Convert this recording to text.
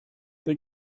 they